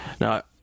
Now